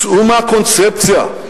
צאו מהקונספציה,